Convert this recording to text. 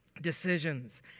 decisions